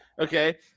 okay